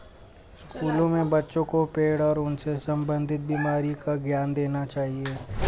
स्कूलों में बच्चों को पेड़ और उनसे संबंधित बीमारी का ज्ञान देना चाहिए